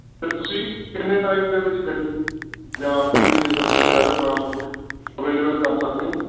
ਅਤੇ ਤੁਸੀਂ ਕਿੰਨੇ ਟਾਈਮ ਦੇ ਵਿੱਚ ਗੱਡੀ ਜਾਂ ਕੋਈ ਵੀ ਜਿੱਦਾਂ ਤੁਸੀਂ ਕਹਿ ਰਹੇ ਹੋ ਟਰਾਂਸਪੋਰਟ ਅਵੇਲੇਬਲ ਕਰ ਸਕਦੇ ਹੋ